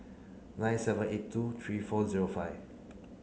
nine seven eight two three four zero five